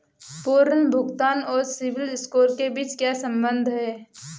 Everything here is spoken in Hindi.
पुनर्भुगतान और सिबिल स्कोर के बीच क्या संबंध है?